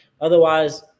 otherwise